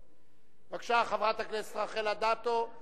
בעיה, בבקשה, חברת הכנסת רחל אדטו,